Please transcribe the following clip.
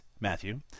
Matthew